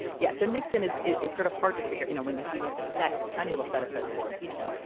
yeah so nixon is is sort of hard to figure. you know when we have this set, this tiny little set of presidential impeachments,